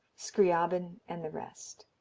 scriabine and the rest.